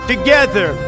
Together